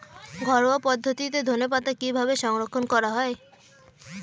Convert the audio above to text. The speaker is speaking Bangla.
ঘরোয়া পদ্ধতিতে ধনেপাতা কিভাবে সংরক্ষণ করা হয়?